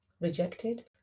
rejected